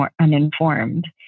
uninformed